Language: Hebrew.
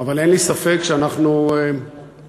אבל אין לי ספק שאנחנו מזניחים,